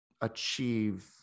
achieve